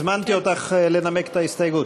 הזמנתי אותך לנמק את ההסתייגות,